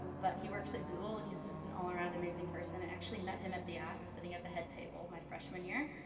but he works at google and he's just an all around amazing person, i actually met him at the ath sitting at the head table my freshman year.